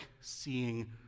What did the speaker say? seeing